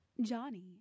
Johnny